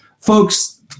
Folks